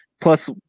Plus